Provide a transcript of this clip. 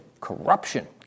corruption